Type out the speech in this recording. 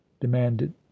demanded